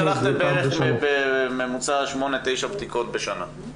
זאת אומרת, שלחתם בממוצע 9-8 בדיקות בשנה.